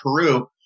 Peru